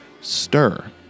stir